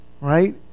right